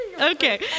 Okay